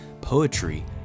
poetry